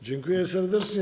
Dziękuję serdecznie.